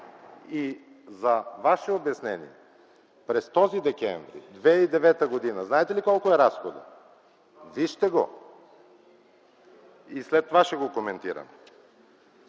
И за ваше обяснение, през този м. декември 2009 г. знаете ли колко е разходът? Вижте го и след това ще го коментираме!